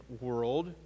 world